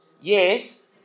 Yes